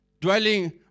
dwelling